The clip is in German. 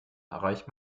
erreicht